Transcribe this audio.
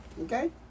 Okay